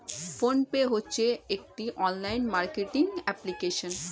phone pay হচ্ছে একটি online marketing application